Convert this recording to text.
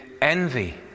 envy